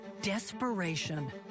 desperation